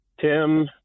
Tim